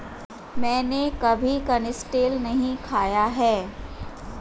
मैंने कभी कनिस्टेल नहीं खाया है